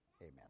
Amen